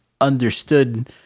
understood